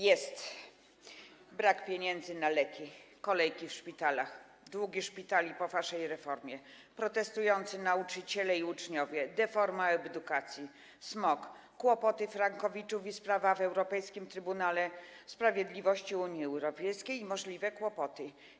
Jest - brak pieniędzy na leki, kolejki w szpitalach, długi szpitali po waszej reformie, protestujący nauczyciele i uczniowie, deforma edukacji, smog, kłopoty frankowiczów, sprawa w Trybunale Sprawiedliwości Unii Europejskiej i możliwe kłopoty.